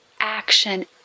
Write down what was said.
action